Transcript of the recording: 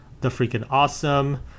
thefreakingawesome